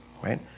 right